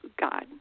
God